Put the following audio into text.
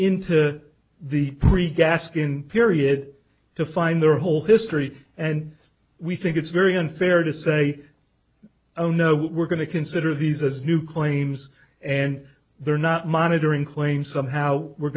breach gaskin period to find their whole history and we think it's very unfair to say oh no we're going to consider these as new claims and they're not monitoring claim somehow we're